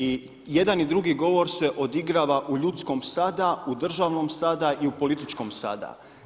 I jedan i drugi govor se odigrava u ljudskom sada, u državnom sada i u političkom sada.